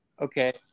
Okay